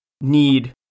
need